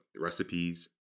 recipes